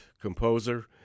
composer